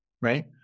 right